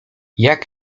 jak